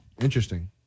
Interesting